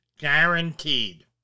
guaranteed